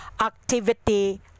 activity